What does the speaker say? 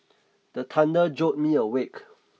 the thunder jolt me awake